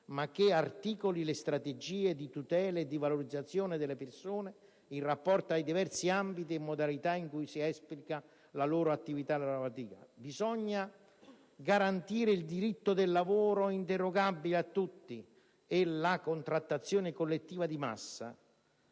ma che articoli le strategie di tutela e di valorizzazione delle persone in rapporto ai diversi ambiti e modalità in cui si esplica la loro attività lavorativa. Bisogna garantire il diritto del lavoro come inderogabile per tutti e la contrattazione collettiva di massa;